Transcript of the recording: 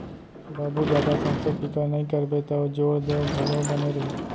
बाबू जादा संसो फिकर नइ करबे तौ जोर देंव घलौ बने रही